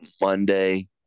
Monday